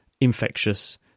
infectious